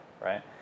right